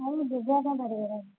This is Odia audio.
ନାଇଁ ମୁଁ ଦିବ୍ୟା ଫୋନ ଧରିବାର